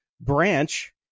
branch